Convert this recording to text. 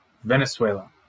Venezuela